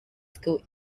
school